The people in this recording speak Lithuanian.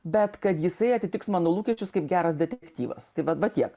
bet kad jisai atitiks mano lūkesčius kaip geras detektyvas tai vat vat tiek